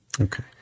Okay